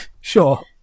Sure